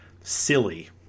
silly